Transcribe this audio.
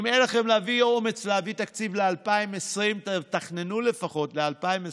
אם אין לכם אומץ להביא תקציב ל-2020 תתכננו לפחות ל-2021.